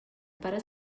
para